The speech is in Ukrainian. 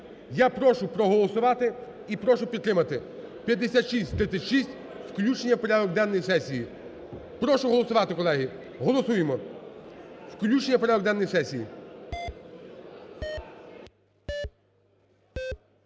Я прошу проголосувати і прошу підтримати. 5636, включення в порядок денний сесії. Прошу голосувати, колеги. Голосуємо. Включення в порядок денний сесії.